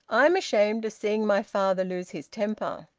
i'm ashamed of seeing my father lose his temper.